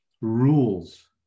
rules